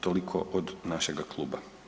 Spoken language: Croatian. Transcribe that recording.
Toliko od našega kluba.